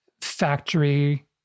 factory